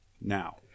now